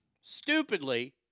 stupidly